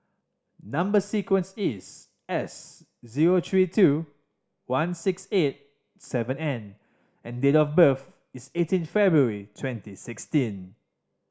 number sequence is S zero three two one six eight seven N and date of birth is eighteen February twenty sixteen